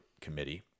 Committee